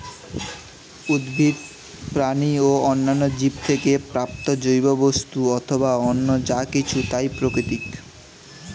উদ্ভিদ, প্রাণী ও অন্যান্য জীব থেকে প্রাপ্ত জৈব বস্তু অথবা অন্য যা কিছু তাই প্রাকৃতিক